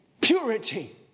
purity